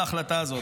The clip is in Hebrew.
ההחלטה הזאת.